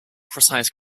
precise